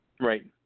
Right